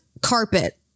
carpet